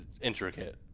intricate